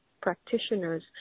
practitioners